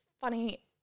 funny